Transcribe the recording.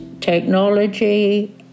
technology